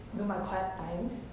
do my quiet time